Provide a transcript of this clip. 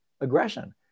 aggression